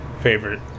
favorite